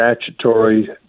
statutory